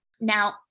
Now